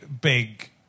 big